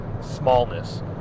smallness